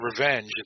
revenge